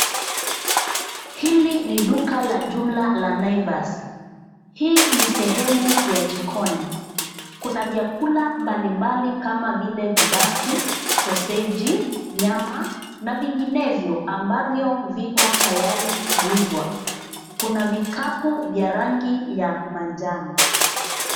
Hili ni duka la jumla la Naivas, hii ni sehemu ya jikoni. Kuna vyakula mbalimbali kama vile vibanzi, soseji, nyama na vinginevyo ambavyo viko tayari kuuzwa. Kuna vikapu vya rangi ya manjano.